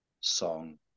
song